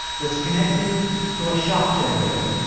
was connected to a shock generator.